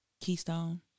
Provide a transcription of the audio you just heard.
Keystone